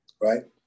right